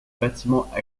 bâtiments